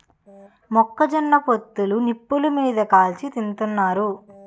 మొక్క జొన్న పొత్తులు నిప్పులు మీది కాల్చి తింతన్నారు